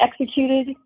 executed